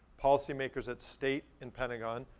policy makers at state and pentagon,